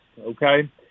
okay